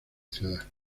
ciudad